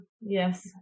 Yes